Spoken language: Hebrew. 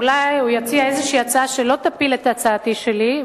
אולי הוא יציע איזו הצעה שלא תפיל את הצעתי שלי.